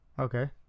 Okay